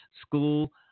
school